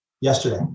yesterday